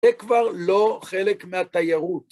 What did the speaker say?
זה כבר לא חלק מהתיירות.